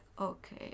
okay